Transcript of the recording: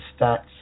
stats